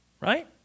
Right